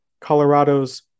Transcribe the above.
Colorado's